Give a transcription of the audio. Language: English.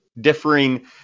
differing